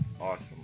Awesome